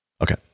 Okay